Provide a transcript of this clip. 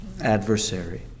adversary